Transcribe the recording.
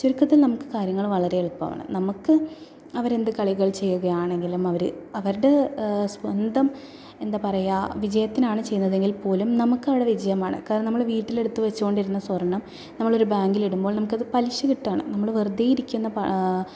ചുരുക്കത്തിൽ നമുക്ക് കാര്യങ്ങൾ വളരെ എളുപ്പമാണ് നമുക്ക് അവരെന്ത് കളികൾ ചെയ്യുകയാണെങ്കിലും അവർ അവരുടെ സ്വന്തം എന്താ പറയുക വിജയത്തിനാണ് ചെയ്യുന്നതെങ്കിൽ പോലും നമുക്ക് അവിടെ വിജയമാണ് കാരണം നമ്മൾ വീട്ടിൽ എടുത്തു വെച്ചുകൊണ്ടിരുന്ന സ്വർണ്ണം നമ്മളൊരു ബാങ്കിലിടുമ്പോൾ നമുക്കത് പലിശ കിട്ടുകയാണ് നമ്മൾ വെറുതെ ഇരിക്കുന്ന പ